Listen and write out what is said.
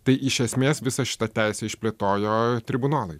tai iš esmės visą šitą teisę išplėtojo tribunolai